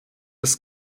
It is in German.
ist